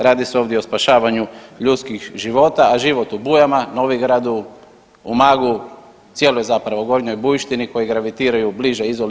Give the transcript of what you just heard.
Radi se ovdje o spašavanju ljudskih života, a život u Bujama, Novigradu, Umagu, cijeloj zapravo gornjoj Bujištini koji gravitiraju bliže Izoli.